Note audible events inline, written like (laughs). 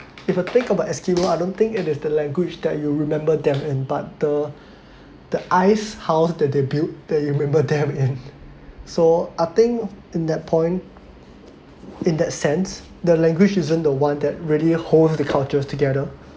if you think about eskimo I don't think it is the language that you will remember them and but the the ice house that they built that you remember them (laughs) and so I think in that point in that sense the language isn't the one that really hold the cultures together